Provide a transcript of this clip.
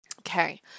okay